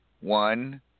one